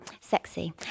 sexy